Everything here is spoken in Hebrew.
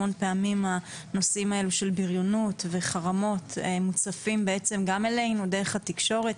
המון פעמים הנושאים של בריונות וחרמות מוצפים גם אלינו דרך התקשורת,